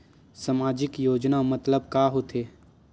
सामजिक योजना मतलब का होथे?